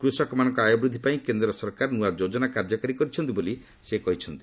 କୃଷକମାନଙ୍କ ଆୟ ବୃଦ୍ଧି ପାଇଁ କେନ୍ଦ୍ର ସରକାର ନୂଆ ଯୋଜନା କାର୍ଯ୍ୟକାରୀ କରିଛନ୍ତି ବୋଲି ମଧ୍ୟ ସେ କହିଛନ୍ତି